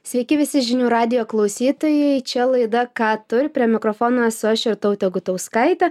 sveiki visi žinių radijo klausytojai čia laida ką tu ir prie mikrofono esu aš irtautė gutauskaitė